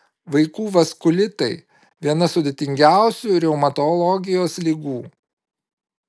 vaikų vaskulitai viena sudėtingiausių reumatologijos ligų